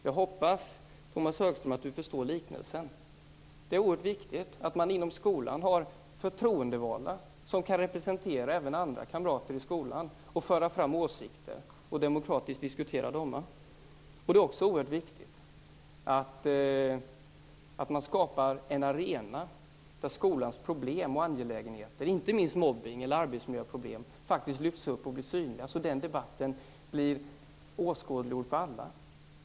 Jag hoppas att Tomas Högström förstår liknelsen. Det är oerhört viktigt att man inom skolan har förtroendevalda som kan representera även andra kamrater i skolan, föra fram åsikter och demokratiskt diskutera dem. Det är också oerhört viktigt att man skapar en arena där skolans problem och angelägenheter - inte minst mobbning eller arbetsmiljöproblem - faktiskt lyfts upp och blir synliga så att debatten blir åskådliggjord för alla.